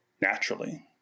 naturally